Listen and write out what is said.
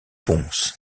pons